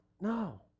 no